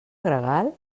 gregal